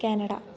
Canada